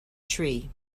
tree